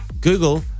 Google